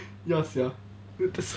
ya sia